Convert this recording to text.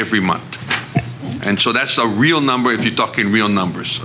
every month and so that's a real number if you talk in real numbers